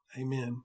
Amen